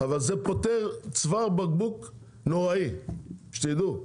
אבל זה פותר צוואר בקבוק נוראי, שתדעו.